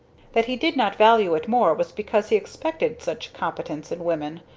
that he did not value it more was because he expected such competence in women,